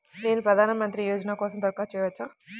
నేను ప్రధాన మంత్రి యోజన కోసం దరఖాస్తు చేయవచ్చా?